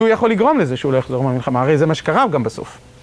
הוא יכול לגרום לזה שהוא לא יחזור מהמלחמה, הרי זה מה שקרה גם בסוף.